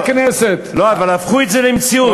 הפכו את זה למציאות,